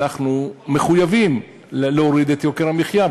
אנחנו מחויבים להוריד את יוקר המחיה,